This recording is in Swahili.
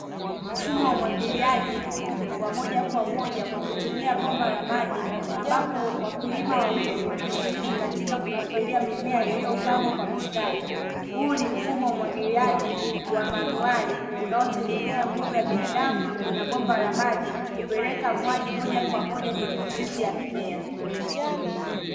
Mfumo wa umwagiliaji wa moja kwa moja kwa kutumia bomba la maji ambapo wakulima wawili wanashiriki katika kumwagilia mimea iliyopangwa kwa mistari. Huu ni mfumo wa umwagiliaji wa manuali unaogegemea nguvu ya binadamu na bomba la maji kupeleka maji moja kwa moja kwenye mizizi ya mimea.